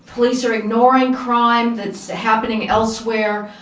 police are ignoring crime that's happening elsewhere.